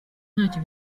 ntacyo